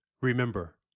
Remember